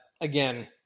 again